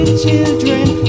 children